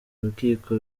rukiko